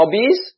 hobbies